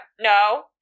no